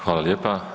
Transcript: Hvala lijepa.